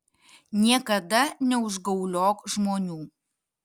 niekada neužgauliok žmonių